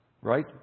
right